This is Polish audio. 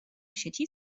sieci